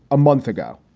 a month ago,